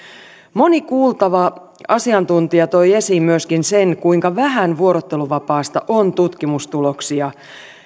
moni kuultava asiantuntija toi esiin myöskin sen kuinka vähän vuorotteluvapaasta on tutkimustuloksia